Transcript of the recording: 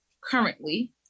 currently